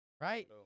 Right